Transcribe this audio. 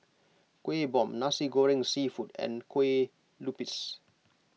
Kuih Bom Nasi Goreng Seafood and Kue Lupis